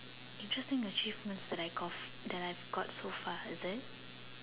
interesting achievement that I golf that I have got so far is it